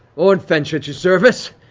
orn finch at your service.